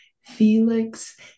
Felix